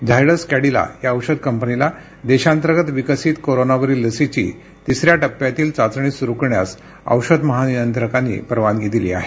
झायडस कॅडिला या औषध कंपनीला देशांतर्गत विकसित कोरोनावरील लसीची तिसऱ्या टप्प्यातील चाचणी सुरु करण्यास औषध महानियंत्रकांनी परवानगी दिली आहे